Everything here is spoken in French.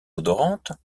odorantes